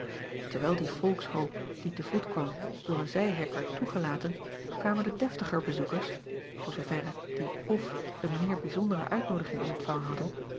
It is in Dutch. erwijl die volkshoop die te voet kwam door een zijhek werd toegelaten kwamen de deftiger bezoekers voor zooverre die f een meer bijzondere uitnoodiging